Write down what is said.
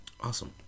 Awesome